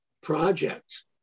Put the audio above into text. project